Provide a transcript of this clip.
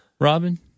Robin